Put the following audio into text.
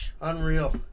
unreal